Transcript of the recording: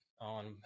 on